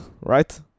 right